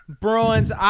Bruins